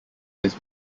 this